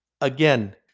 again